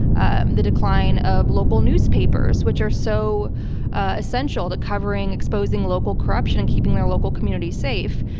and the decline of local newspapers which are so ah essential to covering exposing local corruption and keeping their local community safe.